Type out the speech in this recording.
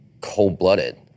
cold-blooded